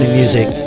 music